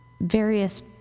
various